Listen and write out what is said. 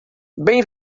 bem